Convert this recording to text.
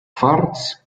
farts